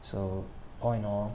so all in all